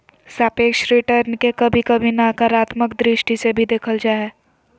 सापेक्ष रिटर्न के कभी कभी नकारात्मक दृष्टि से भी देखल जा हय